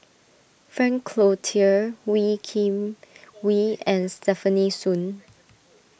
Frank Cloutier Wee Kim Wee and Stefanie Sun